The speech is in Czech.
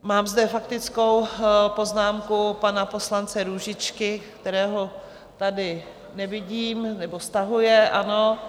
Mám zde faktickou poznámku pana poslance Růžičky, kterého tady nevidím nebo stahuje, ano.